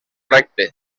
recte